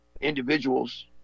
individuals